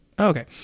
Okay